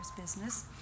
business